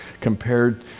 compared